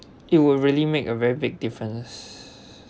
it would really make a very big difference